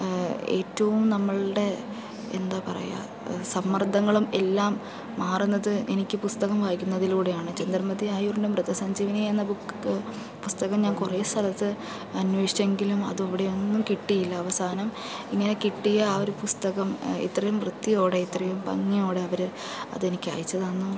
ഏറ്റവും നമ്മൾടെ എന്താ പറയുക സമ്മർദ്ദങ്ങളും എല്ലാം മാറുന്നത് എനിക്ക് പുസ്തകം വായിക്കുന്നതിലൂടെയാണ് ചന്ദ്രമതി ആയൂരിൻ്റെ മൃതസഞ്ജീവനി എന്ന ബുക്ക് പുസ്തകം ഞാൻ കുറെ സ്ഥലത്ത് അന്വേഷിച്ചെങ്കിലും അത് ഇവിടെയൊന്നും കിട്ടിയില്ല അവസാനം ഇങ്ങനെ കിട്ടിയ ആ ഒരു പുസ്തകം ഇത്രയും വൃത്തിയോടെ ഇത്രയും ഭംഗിയോടെ അവര് അതെനിക്ക് അയച്ച് തന്നു